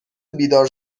بیدار